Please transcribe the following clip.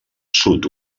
sud